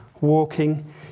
walking